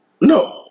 No